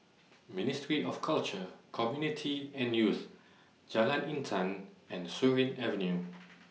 Ministry of Culture Community and Youth Jalan Intan and Surin Avenue